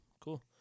Cool